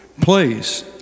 place